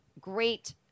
great